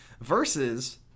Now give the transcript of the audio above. Versus